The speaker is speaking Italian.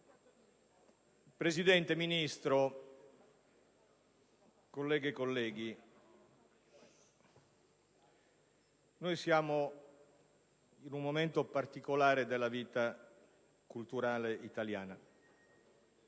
Presidente, signor Ministro, colleghe e colleghi, siamo in un momento particolare della vita culturale italiana.